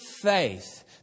faith